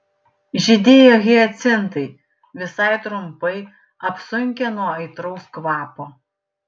žydėjo hiacintai visai trumpai apsunkę nuo aitraus kvapo